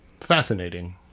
fascinating